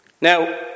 Now